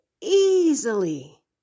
easily